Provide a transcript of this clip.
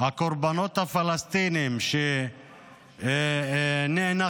הקורבנות הפלסטינים שנאנקים